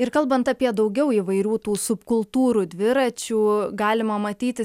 ir kalbant apie daugiau įvairių tų subkultūrų dviračių galima matyti